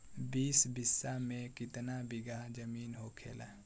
बीस बिस्सा में कितना बिघा जमीन होखेला?